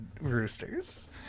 roosters